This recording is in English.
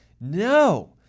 No